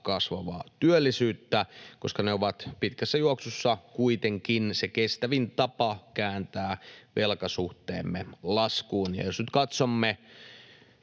kasvavaa työllisyyttä, koska ne ovat pitkässä juoksussa kuitenkin se kestävin tapa kääntää velkasuhteemme laskuun. Ja jos nyt katsomme